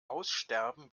aussterben